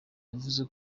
yavuze